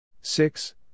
Six